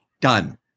done